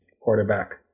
quarterback